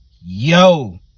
yo